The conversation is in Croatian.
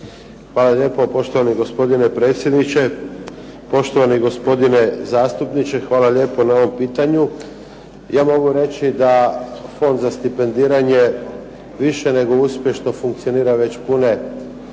Hvala lijepo poštovani gospodine predsjedniče. Poštovani gospodine zastupniče hvala lijepo na ovom pitanju. Ja mogu reći da Fond za stipendiranje više nego uspješno funkcionira već pune